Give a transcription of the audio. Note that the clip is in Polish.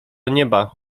nieba